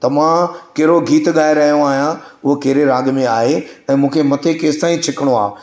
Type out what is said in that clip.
त मां कहिड़ो गीत ॻाइ रहियो आहियां उहो कहिड़े राॻ में आहे ऐं मूंखे मथे केसताईं छिकिणो आहे